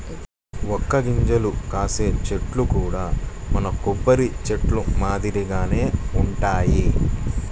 వక్క గింజలు కాసే చెట్లు కూడా మన కొబ్బరి చెట్లు మాదిరిగానే వుంటయ్యి